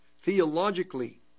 theologically